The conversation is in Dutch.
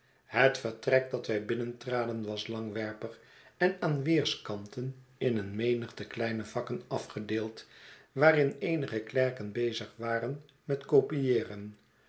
het vertrek dat wij binnentraden was langwerpig en aan weerskanten in een menigte kleine vakken afgedeeld waarin eenige klerken bezig waren met copieeren